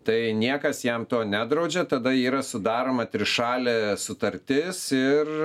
tai niekas jam to nedraudžia tada yra sudaroma trišalė sutartis ir